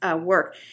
work